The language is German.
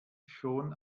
schon